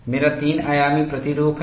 मेरा तीन आयामी प्रतिरूप है